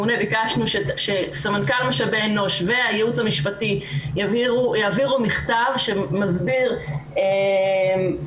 הממונה ביקש שסמנכ"ל משאבי אנוש והייעוץ המשפטי יעבירו מכתב שמסביר למה